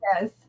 Yes